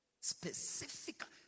Specifically